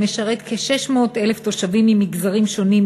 המשרת כ-600,000 תושבים ממגזרים שונים,